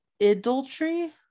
adultery